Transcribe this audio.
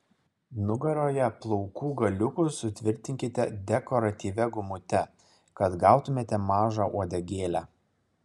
nugaroje plaukų galiukus sutvirtinkite dekoratyvia gumute kad gautumėte mažą uodegėlę